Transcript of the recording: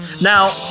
Now